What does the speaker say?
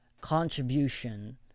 contribution